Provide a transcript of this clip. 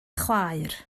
chwaer